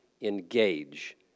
engage